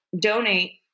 donate